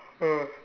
ah